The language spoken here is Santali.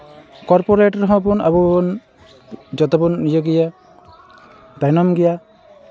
ᱠᱚᱨᱯᱳᱨᱮᱴ ᱨᱮᱦᱚᱸ ᱵᱚᱱ ᱟᱵᱚ ᱵᱚᱱ ᱡᱚᱛᱚᱵᱚᱱ ᱤᱭᱟᱹ ᱜᱮᱭᱟ ᱛᱟᱭᱱᱚᱢ ᱜᱮᱭᱟ